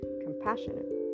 compassionate